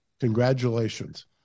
Congratulations